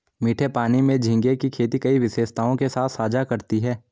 मीठे पानी में झींगे की खेती कई विशेषताओं के साथ साझा करती है